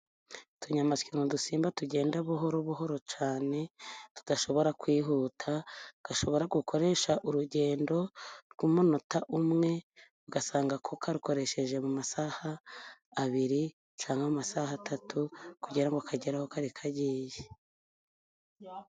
Utunyamasyo, ni udusimba tugenda buhoro buhoro cyane tudashobora kwihuta, gashobora gukoresha urugendo rw'umunota umwe, ugasanga ko karukoresheje mu masaha abiri cyangwa amasaha atatu, kugira ngo kagere aho kari kagiye.